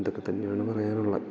ഇതൊക്കെ തന്നെയാണ് പറയാനുള്ളത്